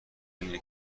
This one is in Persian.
اینه